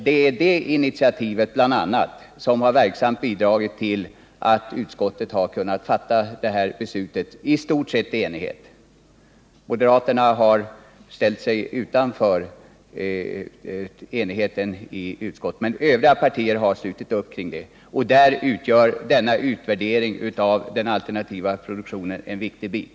Det är bl.a. detta initiativ som verksamt har bidragit till att utskottet har kunnat komma fram till den här lösningen. Detta har skett i stort sett i enighet — moderaterna har visserligen ställt sig utanför enigheten i utskottet, men övriga partier har slutit upp bakom förslaget. I den lösning som föreslås utgör utvärderingen av den alternativa produktionen en viktig del.